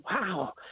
wow